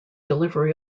delivery